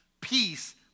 peace